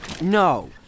No